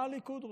מה הליכוד רוצה?